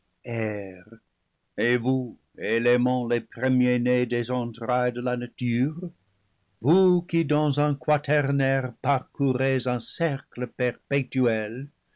et vous éléments les premiers-nés des entrailles de la ce nature vous qui dans un quaternaire parcourez un cercle perpétuel